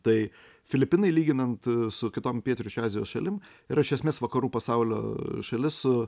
tai filipinai lyginant su kitom pietryčių azijos šalim yra iš esmės vakarų pasaulio šalis su